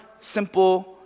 simple